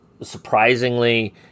Surprisingly